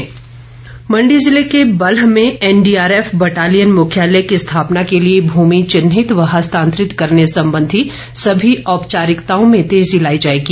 NDRF Mandi जिले के बल्ह में एनडीआरएफ बटालियन मुख्यालय की स्थापना के लिए भूमि चिन्हित व हस्तांतरित करने संबंधी सभी औपचारिकताओं में तेजी लाई जाएगी